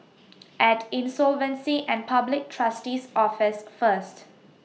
At Insolvency and Public Trustee's Office First